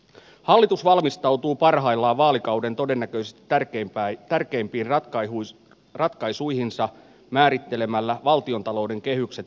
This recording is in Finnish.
hallitus valmistautuu parhaillaan vaalikauden todennäköisesti tärkeimpiin ratkaisuihinsa määrittelemällä valtiontalouden kehykset seuraaville vuosille